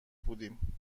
بودیم